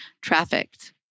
trafficked